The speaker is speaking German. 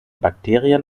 bakterien